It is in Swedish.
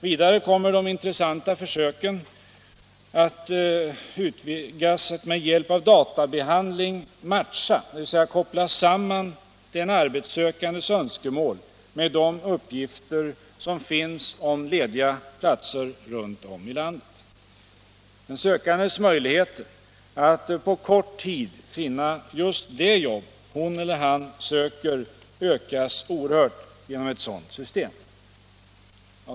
Vidare kommer de intressanta försöken att utvidgas att med hjälp av databehandling matcha — dvs. koppla samman — den arbetssökandes önskemål med de uppgifter som finns om lediga platser runt om i landet. Den sökandes möjligheter att på kort tid finna just det jobb hon eller han söker ökar oerhört genom ett sådant system.